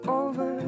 over